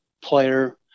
player